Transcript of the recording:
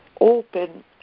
open